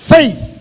Faith